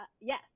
yes